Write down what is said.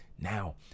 now